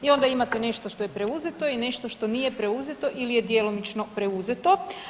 I onda imate nešto što je preuzeto i nešto što nije preuzeto ili je djelomično preuzeto.